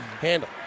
handle